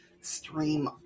stream